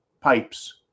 pipes